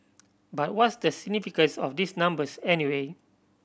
but what's the significance of these numbers anyway